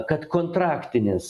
kad kontraktinis